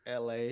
LA